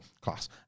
class